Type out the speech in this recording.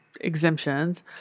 exemptions